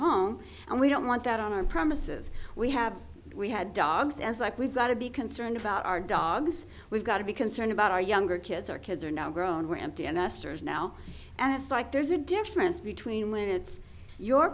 home and we don't want that on our premises we have we had dogs as like we've got to be concerned about our dogs we've got to be concerned about our younger kids or kids are now grown were empty and asters now and it's like there's a difference between when it's your